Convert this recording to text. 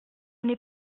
n’est